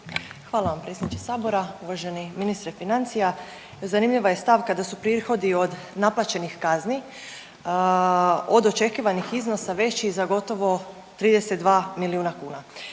Hvala predsjedniče sabora. Uvaženi ministre financija zanimljiva je stavka da su prihodi od naplaćenih kazni od očekivanih iznosa veći za gotovo 32 milijuna kuna.